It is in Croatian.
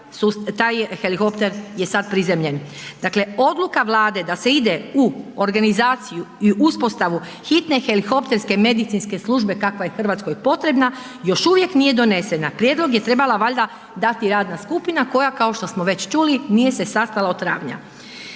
taj helikopter je sad prizemljen. Dakle odluka Vlade da se ide u organizaciju i uspostavu hitne helikopterske medicinske službe kakva je Hrvatskoj potrebna još uvijek nije donesena. Prijedlog je trebala valjda dati radna skupina koja kao što smo već čuli nije se sastala od travnja.